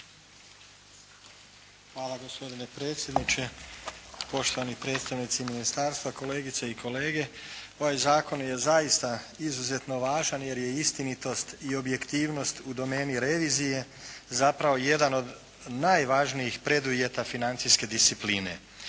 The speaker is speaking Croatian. Hvala gospodine predsjedniče. Poštovani predstavnici ministarstva, kolegice i kolege. Ovaj zakon je zaista izuzetno važan, jer je istinitost i objektivnost u domeni revizije zapravo jedan od najvažnijih preduvjeta financijske discipline.